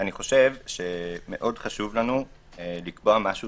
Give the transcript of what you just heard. חשוב לנו לקבוע משהו